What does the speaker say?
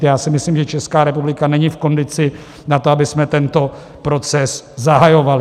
Já si myslím, že Česká republika není v kondici na to, abychom tento proces zahajovali.